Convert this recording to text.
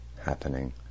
happening